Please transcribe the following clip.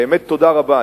באמת תודה רבה.